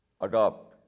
adopt